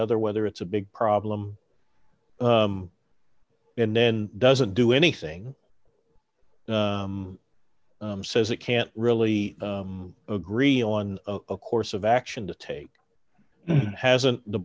other whether it's a big problem and then doesn't do anything says it can't really agree on a course of action to take hasn't the